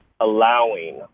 allowing